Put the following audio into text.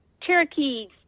cherokees